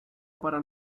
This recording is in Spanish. para